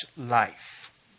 life